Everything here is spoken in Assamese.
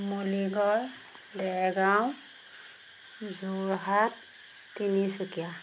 নুমলীগড় দেৰগাওঁ যোৰহাট তিনিচুকীয়া